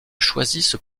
choisissent